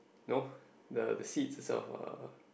no the the seat itself are